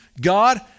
God